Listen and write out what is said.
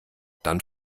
dann